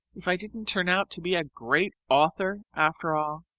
if i didn't turn out to be a great author after all,